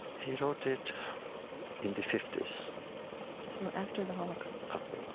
he wrote it in the fifties so after the holocaust after the like